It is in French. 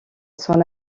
son